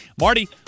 marty